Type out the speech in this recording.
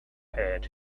had